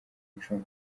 icumi